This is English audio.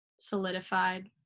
solidified